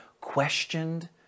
questioned